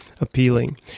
appealing